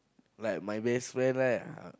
like my best friend right